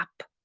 up